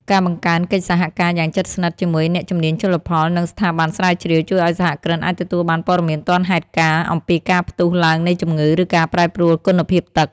ការបង្កើនកិច្ចសហការយ៉ាងជិតស្និទ្ធជាមួយអ្នកជំនាញជលផល និងស្ថាប័នស្រាវជ្រាវ ជួយឱ្យសហគ្រិនអាចទទួលបានព័ត៌មានទាន់ហេតុការណ៍អំពីការផ្ទុះឡើងនៃជំងឺ ឬការប្រែប្រួលគុណភាពទឹក។